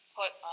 put